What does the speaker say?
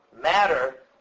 matter